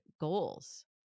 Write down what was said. goals